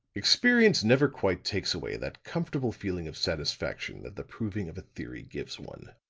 experience never quite takes away that comfortable feeling of satisfaction that the proving of a theory gives one,